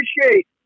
appreciate